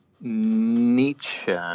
Nietzsche